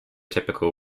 typical